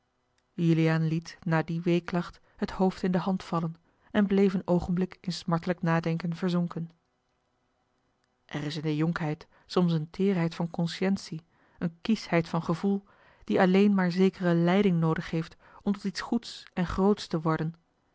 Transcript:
juliaan liet na die weeklacht het hoofd in de hand vallen en bleef een oogenblik in smartelijk nadenken verzonken er is in de jonkheid soms eene teêrheid van consciëntie eene kieschheid van gevoel die alleen maar zekere leiding noodig heeft om tot iets goeds en groots te worden